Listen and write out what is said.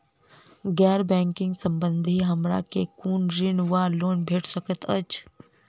गैर बैंकिंग संबंधित हमरा केँ कुन ऋण वा लोन भेट सकैत अछि?